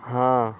ہاں